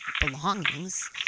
belongings